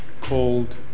called